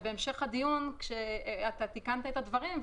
אבל בהמשך הדיון תיקנת את הדברים,